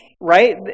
right